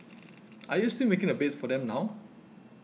are you still making the beds for them now